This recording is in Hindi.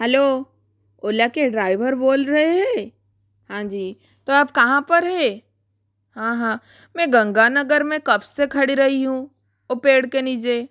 हलो ओला के ड्राइवर बोल रहे हैं हाँ जी तो आप कहाँ पर है हाँ हाँ मैं गंगा नगर में कब से खड़ी रही हूँ वो पेड़ के नीचे